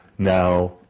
now